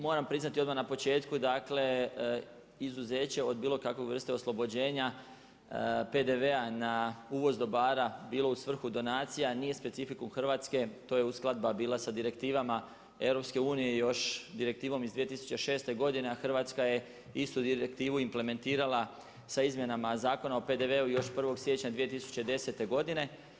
Moram priznati odmah na početku dakle, izuzeće od bilo kakve vrste oslobođenja PDV-a na uvoz dobara bilo u svrhu donacija, nije specifikum Hrvatske, to je uskladba bila sa direktivama EU-a još direktivom iz 2006. godine, a Hrvatska je istu direktivu implementirala sa izmjenama Zakona o PDV-u još 1. siječnja 2010. godine.